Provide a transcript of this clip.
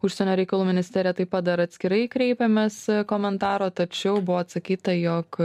užsienio reikalų ministeriją taip pat dar atskirai kreipėmės komentaro tačiau buvo atsakyta jog